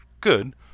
good